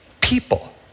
people